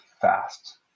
fast